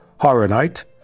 Horonite